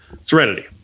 serenity